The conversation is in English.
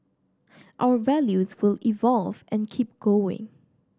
our values will evolve and keep going